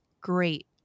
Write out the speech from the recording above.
great